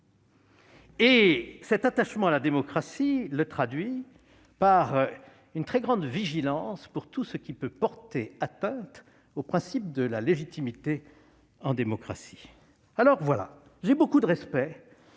Et cet attachement se traduit par une très grande vigilance pour tout ce qui peut porter atteinte au principe de la légitimité démocratique. J'ai beaucoup de respect